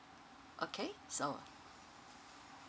okay so uh